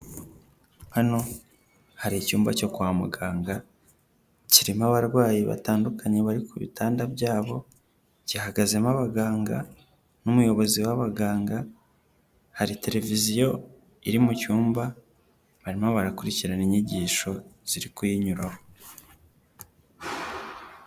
Hano hari icyumba cyo kwa muganga kirimo abarwayi batandukanye bari ku bitanda byabo, gihagazemo abaganga n'umuyobozi w'abaganga, hari televiziyo iri mu cyumba barimo barakurikirana inyigisho ziri kuyinyuraho.